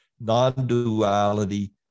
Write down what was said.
non-duality